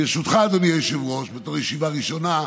ברשותך, אדוני היושב-ראש, בתור ישיבה ראשונה,